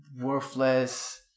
worthless